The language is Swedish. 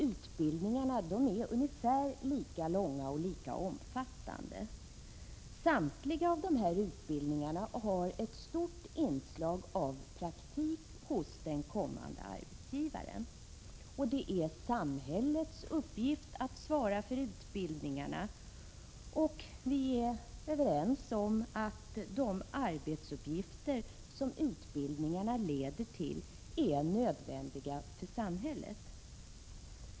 Utbildningarna är ungefär lika långa och lika omfattande. Samtliga av dessa utbildningar har ett stort inslag av praktik hos den kommande arbetsgivaren. Det är samhällets uppgift att svara för utbildningarna. Vi är överens om att de arbetsuppgifter som utbildningarna leder till är nödvändiga för samhället.